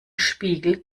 spiegel